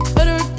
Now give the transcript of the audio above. Better